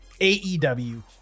AEW